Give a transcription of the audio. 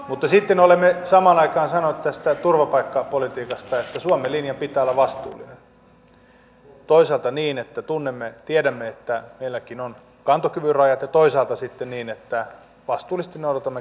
mutta sitten olemme samaan aikaan sanoneet tästä turvapaikkapolitiikasta että suomen linjan pitää olla vastuullinen toisaalta niin että tunnemme tiedämme että meilläkin on kantokyvyn rajat ja toisaalta sitten niin että vastuullisesti noudatamme kansainvälisiä sopimuksia